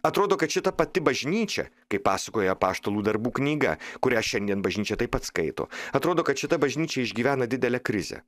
atrodo kad šita pati bažnyčia kaip pasakoja apaštalų darbų knyga kurią šiandien bažnyčia taip pat skaito atrodo kad šita bažnyčia išgyvena didelę krizę